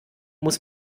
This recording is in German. muss